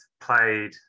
played